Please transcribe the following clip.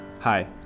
Hi